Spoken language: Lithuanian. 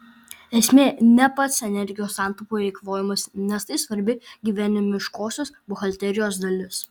esmė ne pats energijos santaupų eikvojimas nes tai svarbi gyvenimiškosios buhalterijos dalis